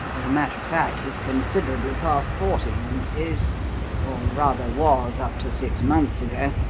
as a matter of fact, he is considerably past forty, and is or, rather, was, up to six months ago,